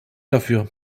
dafür